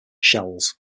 shells